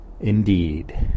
Indeed